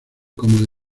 como